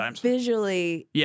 visually